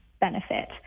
benefit